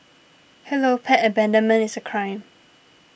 hello pet abandonment is a crime